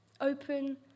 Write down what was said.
Open